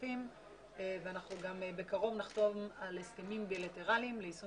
משותפים ואנחנו בקרוב נחתום על הסכמים בילטרליים ליישום